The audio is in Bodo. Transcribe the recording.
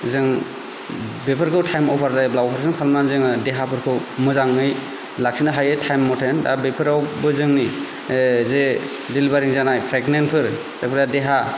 जों बेफोरखौ टाइम अभार जायाब्लाबो द्रु थांनानै जोंङो देहाफोरखौ मोजांङै लाखिनो हायो टाइम मथे दा बेफोरावबो जोंनि जे डिलिबारि जानाय प्रेगनेन्टफोर एबा देहा